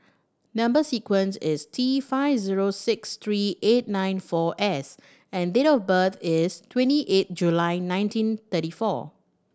number sequence is T five zero six three eight nine four S and date of birth is twenty eight July nineteen thirty four